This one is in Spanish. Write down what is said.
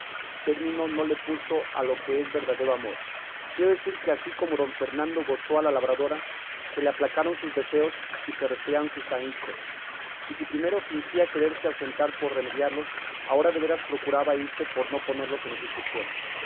término no le puso a lo que es verdadero amor quiero decir que así como don fernando gozó a la labradora se le aplacaron sus deseos y se resfriaron sus ahíncos y si primero fingía quererse ausentar por remediarlos ahora de veras procuraba irse por no ponerlos en ejecución